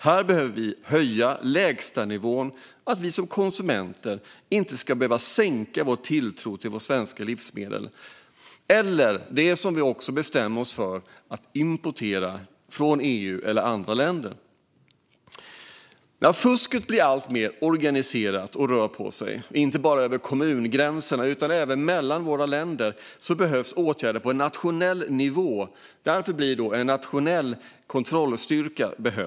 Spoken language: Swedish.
Vi behöver höja lägstanivån. Vi som konsumenter ska inte behöva sänka vår tilltro till våra svenska livsmedel eller till det vi bestämmer oss för att importera från EU eller andra länder. När fusket blir alltmer organiserat och rör sig, inte bara över kommungränser utan även mellan våra länder, behövs åtgärder på nationell nivå. Därför behövs en nationell kontrollstyrka.